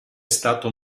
stato